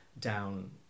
down